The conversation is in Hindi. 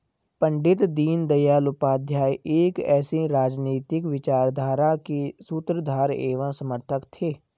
पण्डित दीनदयाल उपाध्याय एक ऐसी राजनीतिक विचारधारा के सूत्रधार एवं समर्थक थे